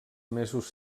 mesos